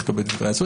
ונכתוב בדברי ההסבר,